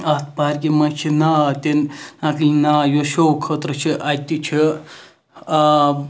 اَتھ پارکہِ مَنٛز چھِ ناو تہِ اَکھ ناو یُس شو خٲطرٕ چھِ اَتہِ چھُ آب